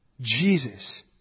Jesus